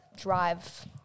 Drive